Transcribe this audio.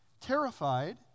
terrified